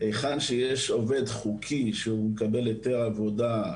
היכן שיש עובד חוקי, שמקבל היתר עבודה,